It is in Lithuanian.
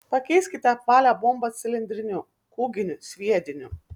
pakeiskite apvalią bombą cilindriniu kūginiu sviediniu